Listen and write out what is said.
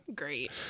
great